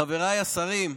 חבריי השרים,